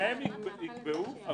שניהם יקבעו,